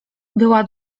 była